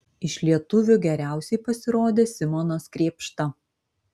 iš lietuvių geriausiai pasirodė simonas krėpšta